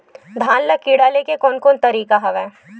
धान ल कीड़ा ले के कोन कोन तरीका हवय?